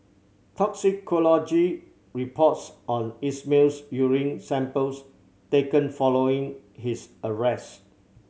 toxicology reports on Ismail's urine samples taken following his arrest